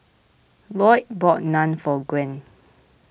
Loyd bought Naan for Gwen